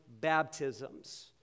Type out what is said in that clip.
baptisms